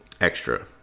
extra